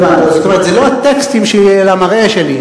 כלומר זה לא הטקסטים שלי אלא המראה שלי.